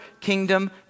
kingdom